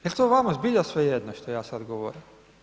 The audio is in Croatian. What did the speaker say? Jel to vama zbilja svejedno što ja sad govorim?